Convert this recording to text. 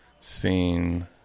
seen